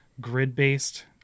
grid-based